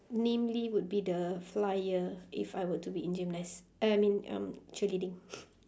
namely would be the flyer if I were to be in gymnas~ uh I mean um cheerleading